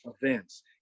events